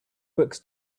books